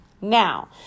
Now